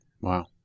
wow